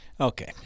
Okay